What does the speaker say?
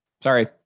Sorry